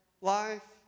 life